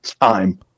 time